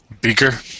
Beaker